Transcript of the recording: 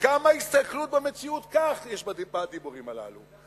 כמה הסתכלות במציאות כך יש בדיבורים הללו.